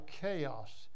chaos